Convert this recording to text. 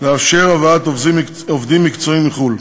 ולאפשר הבאת עובדים מקצועיים מחו"ל.